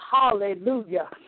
Hallelujah